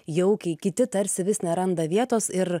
jaukiai kiti tarsi vis neranda vietos ir